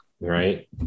Right